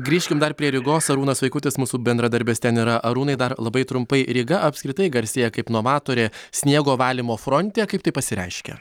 grįžkim dar prie rygos arūnas vaikutis mūsų bendradarbis ten yra arūnai dar labai trumpai ryga apskritai garsėja kaip novatorė sniego valymo fronte kaip tai pasireiškia